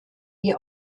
die